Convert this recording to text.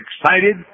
excited